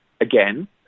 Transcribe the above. again